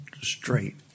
straight